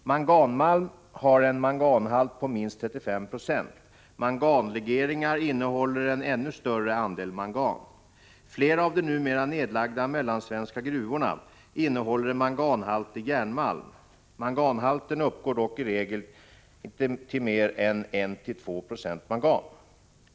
Manganmalm har en manganhalt på minst 35 26. Manganlegeringar innehåller en ännu större andel mangan. Flera av de numera nedlagda mellansvenska gruvorna innehåller manganhaltig järnmalm. Manganhalten uppgår dock i regel inte till mer än 1-2 20 mangan.